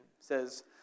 says